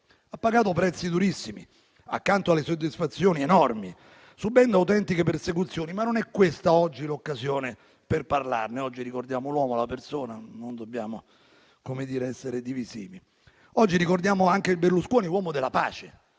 Ha pagato prezzi durissimi accanto alle soddisfazioni enormi, subendo autentiche persecuzioni, ma non è questa oggi l'occasione per parlarne. Oggi ricordiamo l'uomo, la persona, non dobbiamo essere divisivi. Oggi ricordiamo anche il Berlusconi uomo della pace,